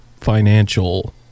financial